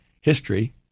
history